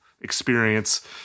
experience